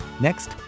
Next